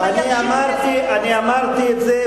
אני אמרתי את זה,